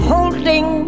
Holding